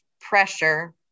pressure